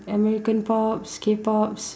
American pops K pops